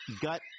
gut